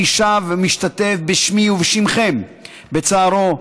אני שב ומשתתף בשמי ובשמכם בצערו,